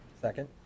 Second